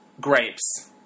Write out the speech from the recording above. grapes